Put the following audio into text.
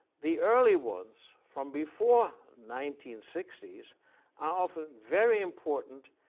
the early ones from before nineteen sixty s are often very important,